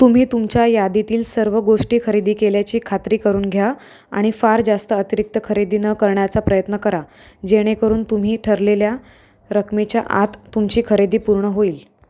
तुम्ही तुमच्या यादीतील सर्व गोष्टी खरेदी केल्याची खात्री करून घ्या आणि फार जास्त अतिरिक्त खरेदी न करण्याचा प्रयत्न करा जेणेकरून तुम्ही ठरलेल्या रकमेच्या आत तुमची खरेदी पूर्ण होईल